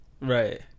Right